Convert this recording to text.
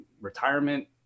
retirement